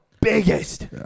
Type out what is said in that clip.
Biggest